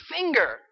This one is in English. finger